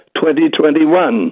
2021